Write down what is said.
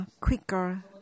quicker